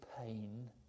pain